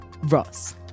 Ross